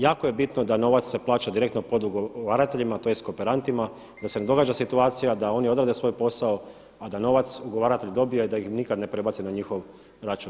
Jako je bitno da novac sa plaća direktno podugovarateljima tj. kooperantima da se ne događa situacija da oni odrade svoj posao a da novac ugovaratelj dobije da ih nikad ne prebaci na njihov račun.